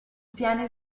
piani